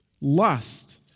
lust